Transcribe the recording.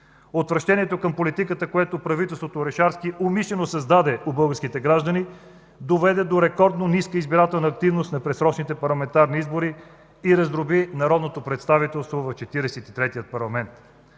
Отвращението към политиката, която правителството Орешарски умишлено създаде у българските граждани, доведе до рекордно ниска избирателна активност на предсрочните парламентарни избори и раздроби народното представителство в Четиридесет